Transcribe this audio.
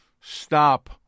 Stop